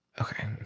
okay